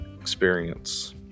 experience